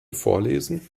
vorlesen